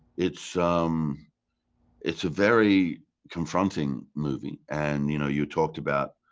it's um it's a very confronting movie and you know, you talked about